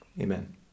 Amen